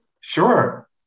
Sure